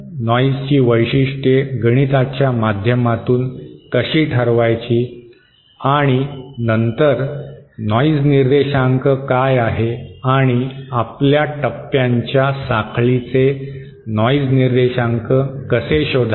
नॉइजची वैशिष्ट्ये गणिताच्या माध्यमातून कशी ठरवायची आणि नंतर नॉइज निर्देशांक काय आहे आणि आपल्या टप्प्यांच्या साखळीचे नॉइज निर्देशांक कसे शोधायचे